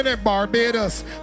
Barbados